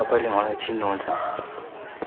तपाईँले मलाई चिन्नु हुन्छ